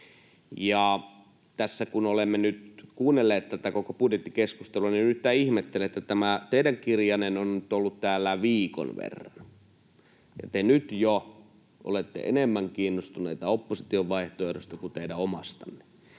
kun olemme nyt kuunnelleet tätä koko budjettikeskustelua, en yhtään ihmettele, että tämä teidän kirjanen on nyt ollut täällä viikon verran ja te nyt jo olette enemmän kiinnostuneita opposition vaihtoehdosta kuin teidän omastanne.